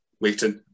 waiting